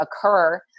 occur